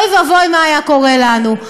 אוי ואבוי מה היה קורה לנו.